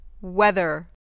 weather